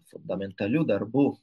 fundamentalių darbų